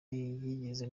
yigeze